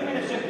40,000 שקל,